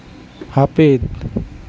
ᱦᱟᱹᱯᱤᱫ